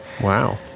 wow